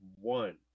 one